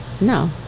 No